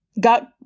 got